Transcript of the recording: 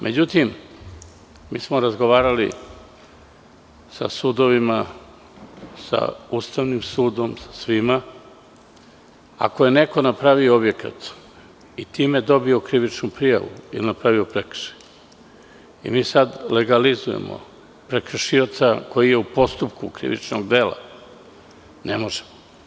Međutim, mi smo razgovarali sa sudovima, sa Ustavnim sudom, sa svima, ako je neko napravio objekat i time dobio krivičnu prijavu ili napravio prekršaj i mi sada legalizujemo prekršioca koji je u postupku krivičnog dela, ne može.